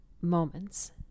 moments